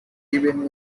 even